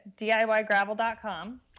diygravel.com